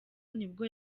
nibwo